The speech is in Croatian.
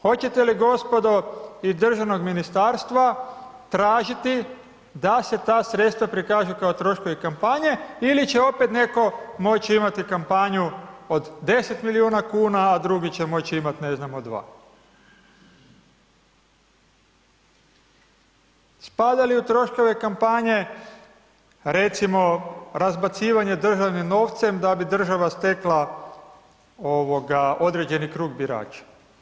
Hoćete li gospodo iz državnog ministarstva tražiti da se ta sredstva prikažu kao troškovi kampanje ili će opet neko moći imati kampanju od 10 miliona kuna, a drugi će moći imati ne znam od 2. Spada li u troškove kampanje, recimo razbacivanje državnim novcem da bi država stekla ovoga određeni krug birača.